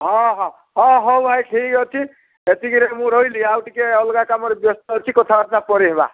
ହଁ ହଁ ହଁ ହଉ ଭାଇ ଠିକ୍ ଅଛି ଏତିକିରେ ମୁଁ ରହିଲି ଆଉ ଟିକେ ଅଲଗା କାମରେ ବ୍ୟସ୍ତ ଅଛି କଥାବାର୍ତ୍ତା ପରେ ହେବା